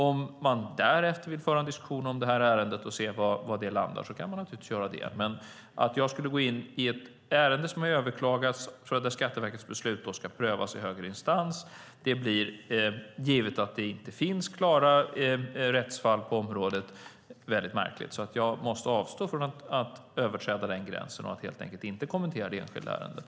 Om man därefter vill föra en diskussion om det här ärendet och se var det landar kan man naturligtvis göra det. Men att jag skulle gå in i ett ärende som har överklagats för att Skatteverkets beslut ska prövas i högre instans blir, givet att det inte finns klara rättsfall på området, väldigt märkligt. Jag måste därför avstå från att överträda den gränsen och helt enkelt inte kommentera det enskilda ärendet.